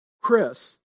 Chris